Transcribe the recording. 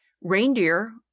reindeer